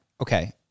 okay